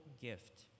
gift